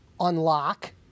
unlock